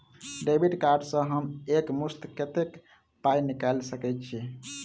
Debit card सँ हम एक मुस्त कत्तेक पाई निकाल सकय छी?